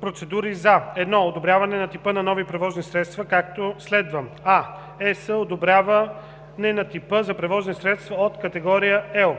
процедури за: 1. одобряване на типа на нови превозни средства, както следва: а) ЕС одобряване на типа – за превозни средства от категория L;